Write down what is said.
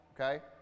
Okay